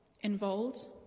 involved